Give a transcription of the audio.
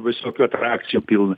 visokių atrakcijų pilna